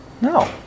No